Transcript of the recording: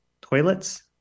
toilets